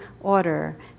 order